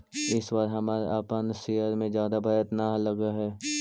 इस बार हमरा अपन शेयर्स में जादा बढ़त न लगअ हई